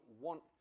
want